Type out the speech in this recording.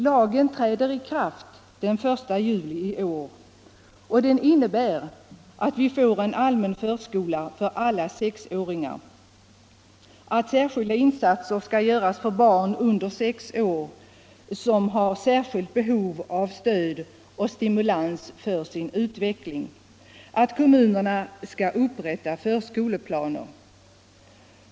Lagen träder i kraft den 1 julii år, och den innebär att vi får en allmän förskola för alla sexåringar, att speciella insatser skall göras för barn under sex år som här särskilt behov av stöd och stimulans för sin utveckling samt att kommunerna skall upprätta förskoleplaner.